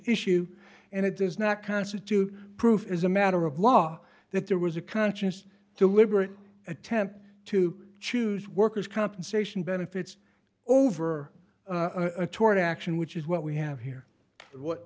issue and it does not constitute proof as a matter of law that there was a conscious deliberate attempt to choose workers compensation benefits over a tort action which is what we have here what